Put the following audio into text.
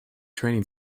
training